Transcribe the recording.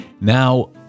Now